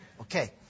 Okay